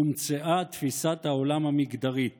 הומצאה תפיסת העולם המגדרית